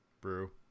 brew